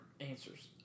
answers